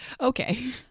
Okay